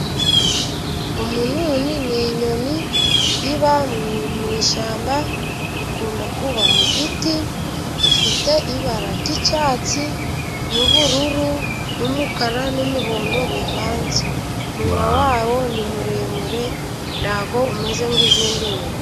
Umununi ni inyoni iba mu ishyamba . Ikunda kuba mu giti ,ifite ibara ry'icyatsi n'ubururu n'umukara n'umuhondo bivanze . Umunwa wawo ni muremure ntago umeze nk'izindi nyoni.